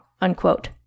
unquote